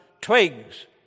twigs